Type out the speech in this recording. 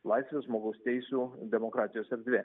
laisvės žmogaus teisių demokratijos erdvė